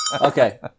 Okay